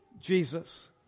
Jesus